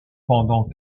pendant